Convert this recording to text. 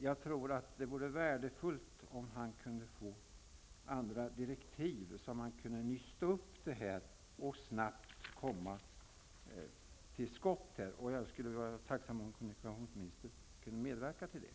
Jag tror att det vore värdefullt om han kunde få andra direktiv så att han kan nysta upp det här och snabbt komma till skott. Jag skulle vara tacksam om kommunikationsministern kunde medverka till det.